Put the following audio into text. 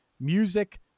music